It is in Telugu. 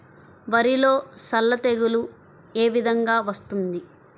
వరిలో సల్ల తెగులు ఏ విధంగా వస్తుంది?